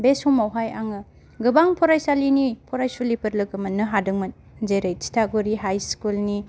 बे समावहाय आङो गोबां फरायसालिनि फरायसुलिफोर लोगो मोननो हादोंमोन जेरै थिथागुरि हाई स्कुल नि